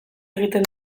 egiten